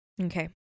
okay